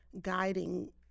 guiding